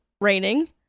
raining